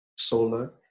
Solar